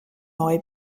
neu